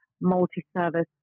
Multi-Service